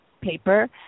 paper